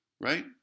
right